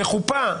בחופה,